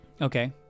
Okay